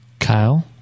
Kyle